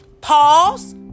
pause